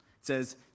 says